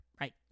right